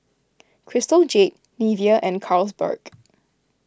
Crystal Jade Nivea and Carlsberg